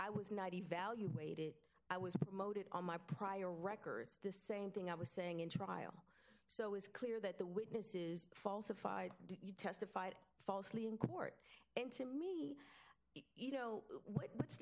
i was not evaluated i was promoted on my prior records the same thing i was saying in trial so it's clear that the witnesses falsified you testified falsely in court and to me you know what's